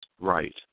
Right